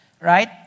right